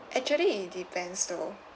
actually it depends though